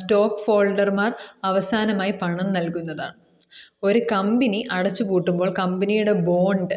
stock ഫോൾഡർമാർ അവസാനമായി പണം നൽകുന്നതാണ് ഒരു കമ്പിനി അടച്ച് പൂട്ടുമ്പോൾ കമ്പിനിയിടെ ബോണ്ട്